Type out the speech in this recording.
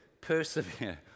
persevere